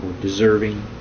deserving